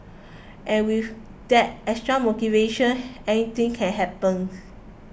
and with that extra motivation anything can happen